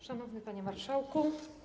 Szanowny Panie Marszałku!